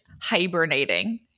hibernating